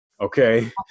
Okay